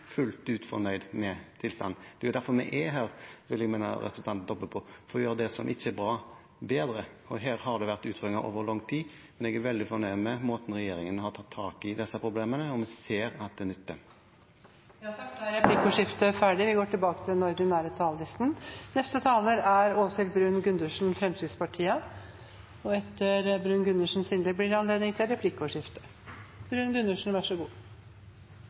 fullt ut fornøyd med tilstanden. Derfor er vi her, vil jeg minne representanten Toppe om, for å gjøre det som ikke er bra, bedre. Her har det vært utfordringer over lang tid, men jeg er veldig fornøyd med måten regjeringen har tatt tak i disse problemene, og vi ser at det nytter. Replikkordskiftet er omme. Fremskrittspartiets alternative budsjett for 2021 bygger på vår ideologi og vårt verdisyn. Fremskrittspartiet er et liberalistisk folkeparti, og vi mener at folk flest bør bestemme mest mulig over sitt eget liv og sin egen økonomi. Norge er